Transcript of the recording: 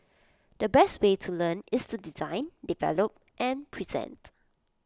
the best way to learn is to design develop and present